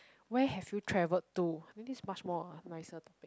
where have you travelled to I mean this is much more a nicer topic